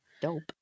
Dope